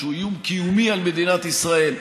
שהוא איום קיומי על מדינת ישראל,